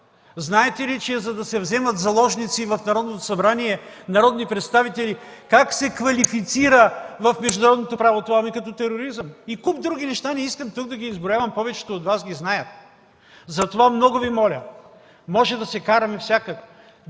Знаете ли, че да се вземат заложници народни представители в Народното събрание, как се квалифицира в международното право това – ами като тероризъм. И куп други неща, не искам тук да ги изброявам, повечето от Вас ги знаят. Затова много Ви моля, може да се караме всякак,